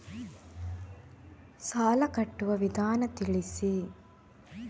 ಸಾಲ ಕಟ್ಟುವ ವಿಧಾನ ತಿಳಿಸಿ?